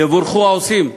יבורכו העושים,